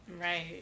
Right